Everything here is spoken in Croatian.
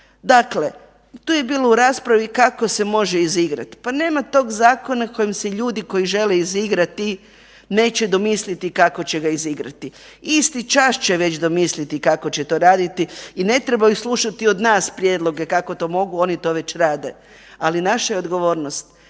Dakle, tu je bilo u raspravi kako se može izigrati, pa nema tog zakona koje se ljudi koji žele izigrati neće domisliti kako će ga izigrati. Isti čas će već domisliti kako će to raditi i ne trebaju slušati od nas prijedloge kako to mogu, oni to već rade. Ali naša je odgovornost